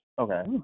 Okay